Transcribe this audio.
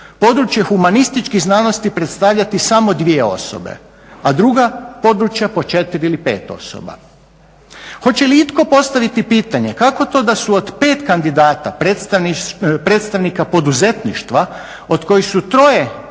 područje humanističkih znanosti predstavljati samo dvije osobe, a druga područja po 4 ili 5 osoba. Hoće li itko postaviti pitanje kako to da su od pet kandidata predstavnika poduzetništva od kojih su troje, trojica